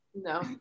No